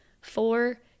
four